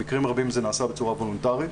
במקרים רבים זה נעשה בצורה וולנטרית.